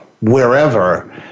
wherever